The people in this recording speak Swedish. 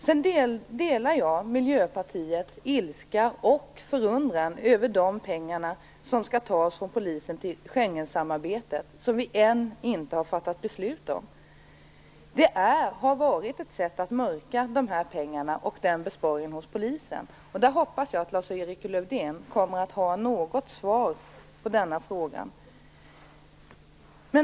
Jag delar Miljöpartiets ilska och förundran över de pengar som skall tas från polisen till Schegensamarbetet, som vi ännu inte har fattat något beslut om. Det har varit ett sätt att mörka de här pengarna och den besparingen hos polisen. Jag hoppas att Lars-Erik Lövdén kommer att ha något svar att ge på denna fråga.